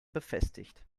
befestigt